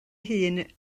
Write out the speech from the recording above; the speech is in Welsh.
hun